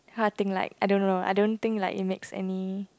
how i think like I don't know think like it makes any